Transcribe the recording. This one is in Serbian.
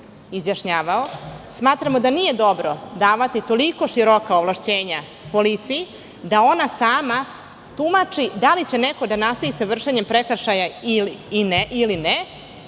izjašnjavao. Smatramo da nije dobro davati toliko široka ovlašćenja policiji, da ona sam tumači da li će neko da nastavi sa vršenjem prekršaja ili ne i da